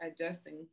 adjusting